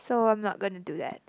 so I'm not gonna do that